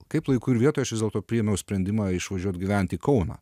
kaip laiku ir vietoj aš vis dėlto priėmiau sprendimą išvažiuot gyventi į kauną